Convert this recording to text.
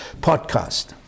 podcast